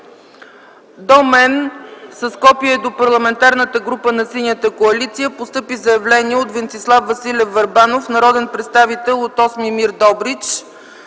до мен с копие до Парламентарната група на Синята коалиция постъпи заявление от Венцислав Василев Върбанов – народен представител от 8.